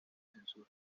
censura